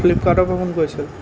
ফ্লিপকাৰ্টৰ পৰা ফোন কৰিছিল